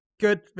Good